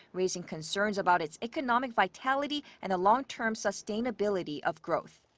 raising concerns about its economic vitatility and the long-term sustainability of growth.